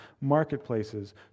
marketplaces